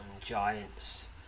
giants